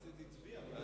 הכנסת הצביעה בעד.